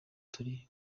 turi